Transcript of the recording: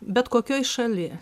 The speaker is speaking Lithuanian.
bet kokioj šaly